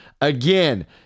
Again